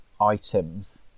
items